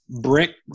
brick